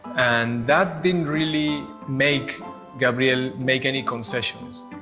and that didn't really make gabriel make any concessions.